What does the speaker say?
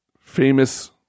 famous